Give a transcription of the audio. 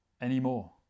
anymore